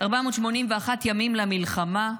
481 ימים למלחמה,